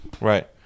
Right